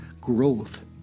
growth